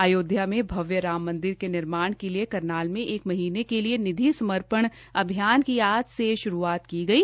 अयोध्या में भव्य राम मंदिर के निर्माण के लिए करनाल में एक महीने के लिए निधि समर्पण अभियान की आज से श्रुआत की गई